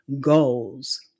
goals